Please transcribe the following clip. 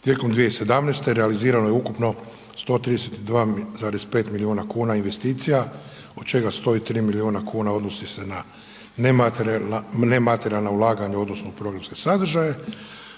Tijekom 2017. realizirano je ukupno 132,5 milijuna kuna investicija od čega 103 milijuna kuna odnosi se na nematerijalna ulaganja odnosno u programske sadržaje,